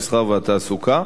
המסחר והתעסוקה,